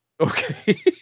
Okay